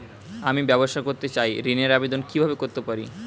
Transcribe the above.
আমি ব্যবসা করতে চাই ঋণের আবেদন কিভাবে করতে পারি?